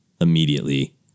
immediately